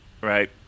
Right